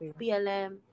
BLM